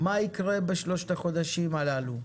מה יקרה בשלושת החודשים הללו?